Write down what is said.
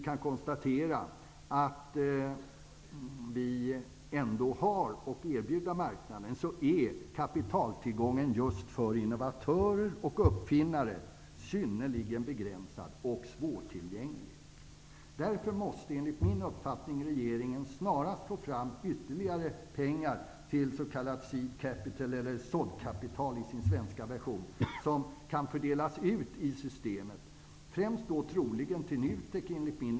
Trots floran av möjligheter, kan vi konstatera att kapitaltillgången just för innovatörer och uppfinnare är synnerligen begränsad och svårtillgänglig. Därför måste, enligt min uppfattning, regeringen snarast få fram ytterligare pengar till ''seed capital'', eller s.k. såddkapital, som kan fördelas ut i systemet -- främst då till NUTEK.